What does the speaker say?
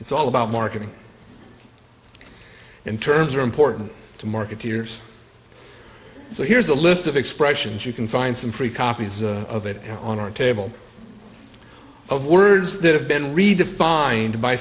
it's all about marketing and terms are important to marketeers so here's a list of expressions you can find some free copies of it on our table of words that have been redefined by